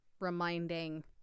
reminding